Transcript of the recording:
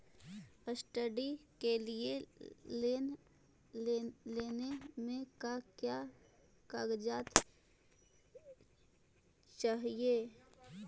Study के लिये loan लेने मे का क्या कागजात चहोये?